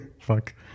Fuck